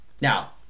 now